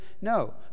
No